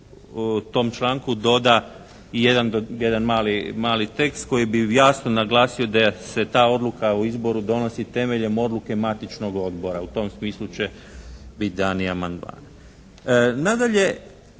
u tom članku doda jedan mali tekst koji bi jasno naglasio da se ta odluka o izboru donosi temeljem odluke matičnog odbora. U tom smislu će biti daljnji amandmani.